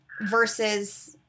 versus